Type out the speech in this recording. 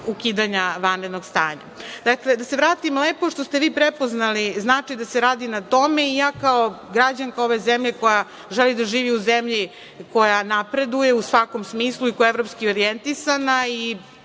ukidanja vanrednog stanja. Da se vratim, lepo je što ste vi prepoznali značaj da se radi na tome. Ja kao građanka ove zemlje koja želi da živi u zemlji koja napreduje u svakom smislu i koja je evropski orijentisana i